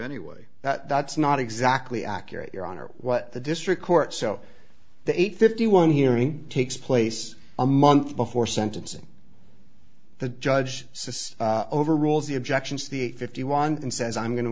anyway that that's not exactly accurate your honor what the district court so the eight fifty one hearing takes place a month before sentencing the judge says over rules the objections the fifty one and says i'm going to